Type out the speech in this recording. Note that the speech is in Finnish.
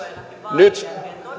nyt